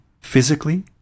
physically